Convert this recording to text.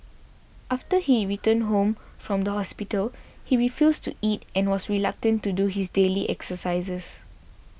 after he returned home from the hospital he refused to eat and was reluctant to do his daily exercises